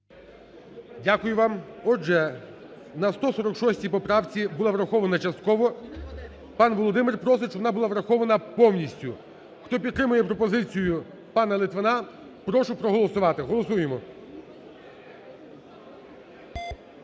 Дякую вам. Отже, на 146 поправці, була врахована частково. Пан Володимир просить, щоб вона була врахована повністю. Хто підтримує пропозицію пана Литвина, прошу проголосувати. Голосуємо.